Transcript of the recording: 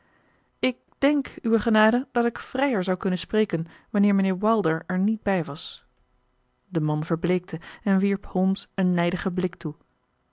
ik denk uwe genade dat ik vrijer zou kunnen spreken wanneer mijnheer wilder er niet bij was de man verbleekte en wierp holmes een nijdigen blik toe